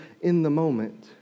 in-the-moment